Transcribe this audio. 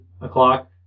o'clock